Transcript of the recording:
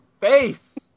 face